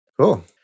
Cool